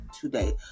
today